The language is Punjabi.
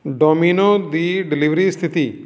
ਡੋਮਿਨੋ ਦੀ ਡਿਲੀਵਰੀ ਸਥਿਤੀ